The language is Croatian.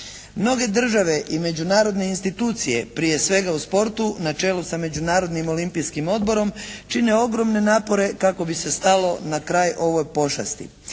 Mnoge države i međunarodne institucije prije svega u sportu na čelu sa Međunarodnim olimpijskim odborom čine ogromne napore kako bi se stalo na kraj ovoj pošasti.